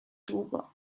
długo